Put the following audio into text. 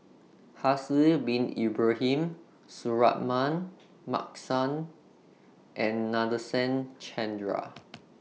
Haslir Bin Ibrahim Suratman Markasan and Nadasen Chandra